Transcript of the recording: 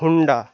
Honda